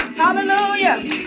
hallelujah